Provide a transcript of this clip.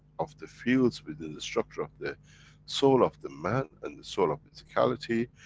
of the fields within the structure of the soul of the man, and the soul of physicality,